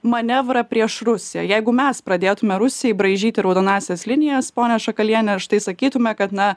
manevrą prieš rusiją jeigu mes pradėtume rusijai braižyti raudonąsias linijas ponia šakaliene štai sakytume kad na